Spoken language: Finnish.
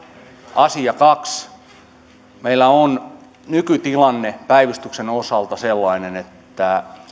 asia kaksi meillä on nykytilanne päivystyksen osalta sellainen että